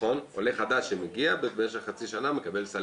עולה חדש שמגיע במשך חצי שנה מקבל סל